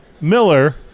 Miller